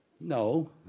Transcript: No